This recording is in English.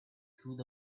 through